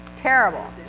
terrible